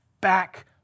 back